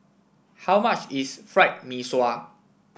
how much is Fried Mee Sua